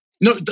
No